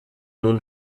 nun